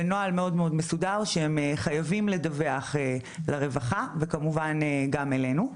בנוהל מאוד מאוד מסודר הם חייבים לדווח לרווחה וכמובן גם אלינו.